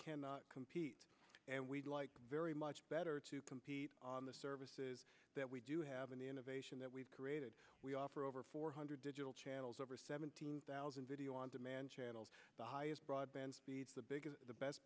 cannot compete and we'd like very much better to compete on the services that we do have an innovation that we've created we offer over four hundred digital channels over seventeen thousand video on demand channels the highest broadband speeds the biggest